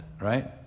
right